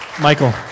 Michael